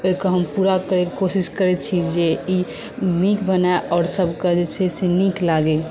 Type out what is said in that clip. ओहिके हम पुरा करैके कोशिश करै छी जे ई नीक बनै आओर सभकेॅं जे छै से नीक लागै